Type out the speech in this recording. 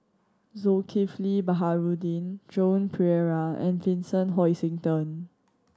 Zulkifli Baharudin Joan Pereira and Vincent Hoisington